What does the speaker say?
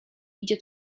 idzie